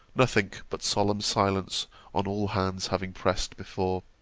nothing but solemn silence on all hands having passed before.